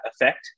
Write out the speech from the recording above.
effect